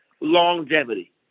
longevity